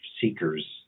seekers